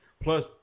plus